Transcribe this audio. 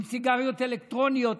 עם סיגריות אלקטרוניות,